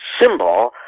symbol